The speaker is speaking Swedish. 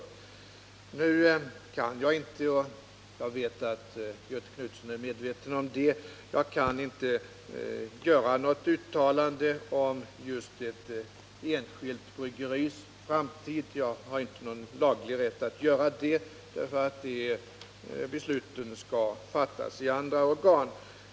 Nu kan jag inte — jag vet att Göthe Knutson är medveten om det — göra något uttalande om ett enskilt bryggeris framtid. Jag har inte någon laglig rätt att göra det. De besluten skall fattas i andra organ.